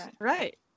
Right